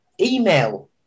email